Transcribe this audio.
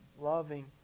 loving